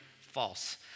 false